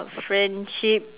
friendship